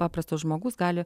paprastas žmogus gali